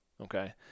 Okay